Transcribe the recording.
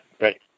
right